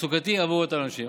תעסוקתי עבור אותן הנשים.